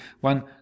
one